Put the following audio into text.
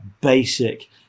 basic